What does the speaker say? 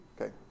Okay